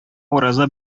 ураза